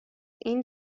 این